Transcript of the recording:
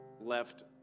left